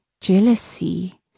jealousy